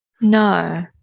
No